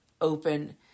open